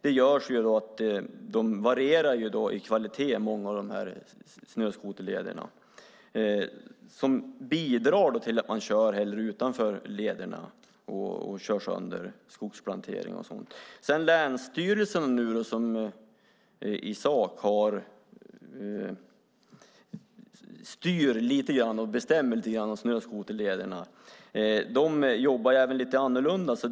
Det gör att många av snöskoterlederna varierar i kvalitet, vilket bidrar till att man hellre kör utanför lederna och då kör sönder skogsplantering och annat. Länsstyrelsen i sin tur, som i sak styr och bestämmer lite grann över snöskoterlederna, jobbar lite annorlunda.